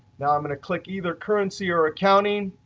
now i'm going to click either currency or accounting.